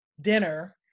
dinner